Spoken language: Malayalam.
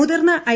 മുതിർന്ന ഐ